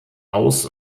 aus